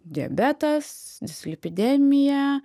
diabetas dislipidemija